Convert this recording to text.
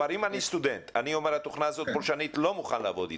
אם אני סטודנט ואני אומר שהתוכנה הזאת פולשנית ולא מוכן לעבוד איתה,